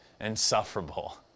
insufferable